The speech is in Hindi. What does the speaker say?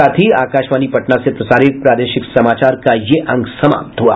इसके साथ ही आकाशवाणी पटना से प्रसारित प्रादेशिक समाचार का ये अंक समाप्त हुआ